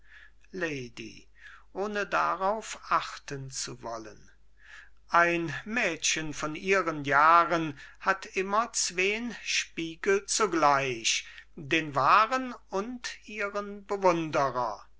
wollen ein mädchen von ihren jahren hat immer zween spiegel zugleich den wahren und ihren